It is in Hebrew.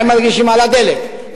מה הם מרגישים לגבי הדלק,